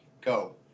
go